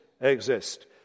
exist